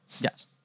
Yes